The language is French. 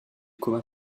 coma